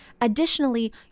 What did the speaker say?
Additionally